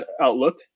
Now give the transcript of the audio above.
Outlook